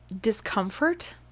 discomfort